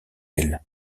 elle